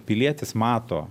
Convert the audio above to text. pilietis mato